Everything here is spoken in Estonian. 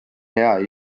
hea